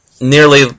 nearly